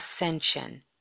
Ascension